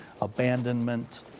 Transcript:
Abandonment